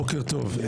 בוקר טוב,